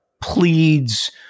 pleads